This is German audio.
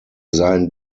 seien